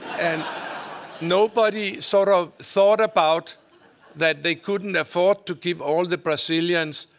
and nobody sort of thought about that they couldn't afford to keep all of the brazilians,